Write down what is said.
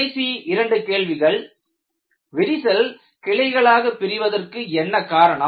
கடைசி இரண்டு கேள்விகள் விரிசல் கிளைகளாக பிரிவதற்கு என்ன காரணம்